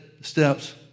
steps